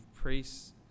priests